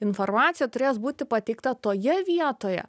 informacija turės būti pateikta toje vietoje